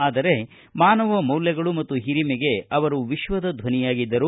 ಆದರೆ ಮಾನವ ಮೌಲ್ಯಗಳು ಮತ್ತು ಹಿರಿಮೆಗೆ ಅವರು ವಿಶ್ವದ ಧ್ವನಿಯಾಗಿದ್ದರು